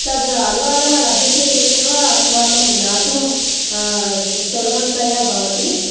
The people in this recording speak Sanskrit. तदनुवादः लभ्यते चेत् एव अस्माकं ज्ञातुं अ सुलभतया भवति